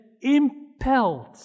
impelled